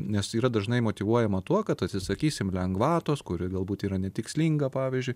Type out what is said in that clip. nes yra dažnai motyvuojama tuo kad atsisakysim lengvatos kuri galbūt yra netikslinga pavyzdžiui